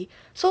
yeah